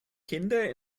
kinder